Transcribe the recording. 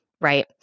right